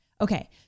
Okay